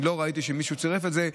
אני לא ראיתי שמישהו צירף את זה,